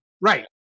Right